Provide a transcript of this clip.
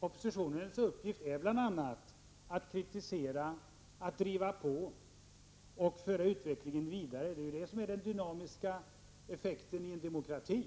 Oppositionens uppgift är bl.a. att kritisera, att driva på och föra utvecklingen vidare. Det är bl.a. detta som är den dynamiska effekten i en demokrati.